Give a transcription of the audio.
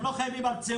הם לא חיים עם המציאות.